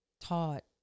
taught